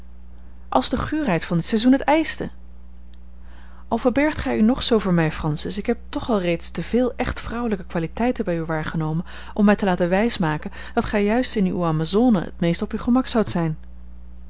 als de guurheid van dit seizoen het eischte al verbergt gij u nog zoo voor mij francis ik heb toch al reeds te veel echt vrouwelijke kwaliteiten bij u waargenomen om mij te laten wijsmaken dat gij juist in uwe amazone het meest op uw gemak zoudt zijn